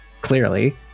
clearly